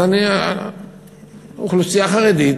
האוכלוסייה החרדית,